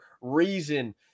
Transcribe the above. reason